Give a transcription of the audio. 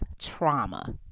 trauma